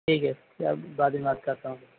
ٹھیک ہے اب بعد میں بات کرتا ہوں